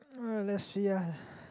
uh let's see ah